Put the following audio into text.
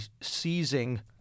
seizing